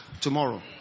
tomorrow